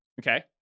Okay